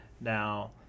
Now